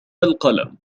القلم